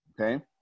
Okay